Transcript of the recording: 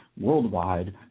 worldwide